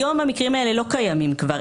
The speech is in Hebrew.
היום המקרים האלה לא קיימים כבר.